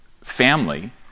family